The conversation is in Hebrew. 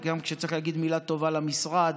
גם כשצריך להגיד מילה טובה למשרד